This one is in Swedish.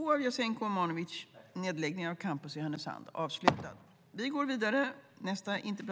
Detta vill jag än en gång understryka.